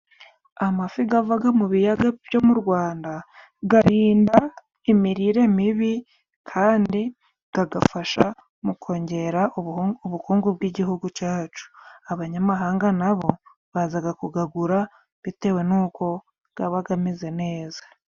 Amafi ava mu biyaga byo mu Rwanda arinda imirire mibi, kandi agafasha mu kongera ubukungu bw'igihugu cyacu. Abanyamahanga na bo baza kuyagura bitewe n'uko aba ameze neza.